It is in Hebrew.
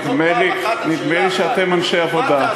נדמה לי שאתם אנשי עבודה.